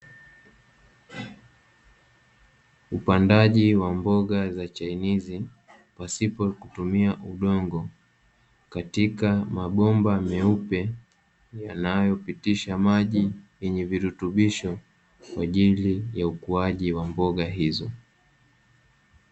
Upandaji wa mboga za chainizi pasipo kutumia udongo katika mabomba meupe yanayopitisha maji yenye virutubisho, kwa ajili ya ukuaji wa mboga hizo.